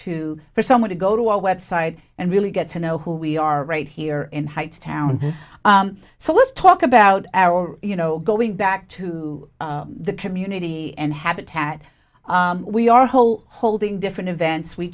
to for someone to go to our website and really get to know who we are right here in hightstown so let's talk about our you know going back to the community and habitat we are whole holding different events we